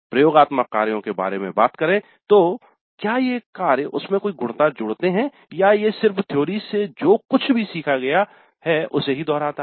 प्रयोगात्मक कार्यो के बारे में बात करे तो क्या ये कार्य उसमें कोई गुणता जोड़ते है या क्या ये सिर्फ थ्योरी से जो कुछ भी सीखा गया है उसे ही दोहराता है